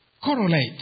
correlate